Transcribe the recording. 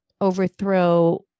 overthrow